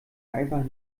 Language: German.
einfach